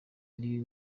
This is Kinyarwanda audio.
ari